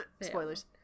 spoilers